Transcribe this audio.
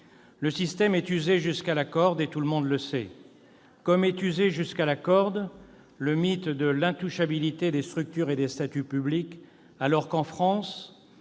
Le système est usé jusqu'à la corde et tout le monde le sait. Comme est usé jusqu'à la corde le mythe de l'intouchabilité des structures et des statuts publics, alors que, en France-